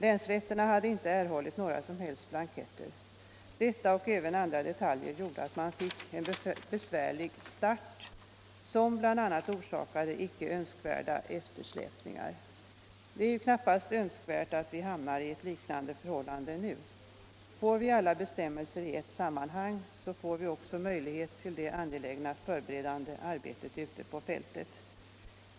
Länsrätterna fick inte några som helst blanketter, Detta och även andra detaljer åstadkom en besvärlig start, som bl.a. orsakade icke önskvärda eftersläpningar. Det är knappast önskvärt att vi hamnar i ett liknande förhållande nu. Kommer alla bestämmelser i ett sammanhang får vi också möjlighet till det angelägna förberedande arbetet ute på fältet.